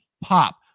pop